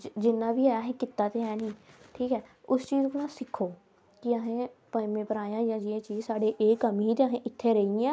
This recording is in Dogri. साम्बा च जेहड़ा किश होंदा ऐ ते ज्यादातर सानू टीबी न्यूज़ चैनलें इत्थूं गै पता चलदा जां जेहडे़ अजकल दे न्याने फोन जिंदे कोल हैन